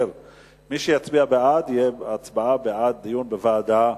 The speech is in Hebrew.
מי שיצביע בעד, זו הצבעה בעד דיון בוועדה.